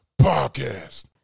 podcast